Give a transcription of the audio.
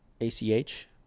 A-C-H